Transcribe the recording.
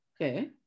okay